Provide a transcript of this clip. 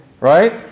right